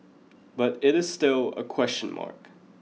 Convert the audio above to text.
but it is still a question mark